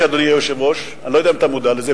אדוני היושב-ראש, אני לא יודע אם אתה מודע לזה.